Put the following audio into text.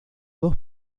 dos